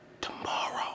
Tomorrow